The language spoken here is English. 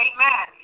Amen